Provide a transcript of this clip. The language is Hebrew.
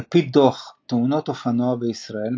על פי דו"ח "תאונות אופנוע בישראל",